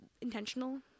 intentional